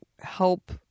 help